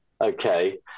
okay